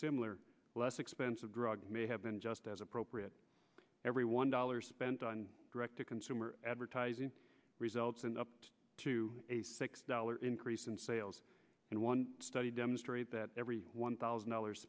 similar less expensive drugs may have been just as appropriate every one dollar spent on direct to consumer advertising results and up to a six dollar increase in sales and one study demonstrate that every one thousand dollars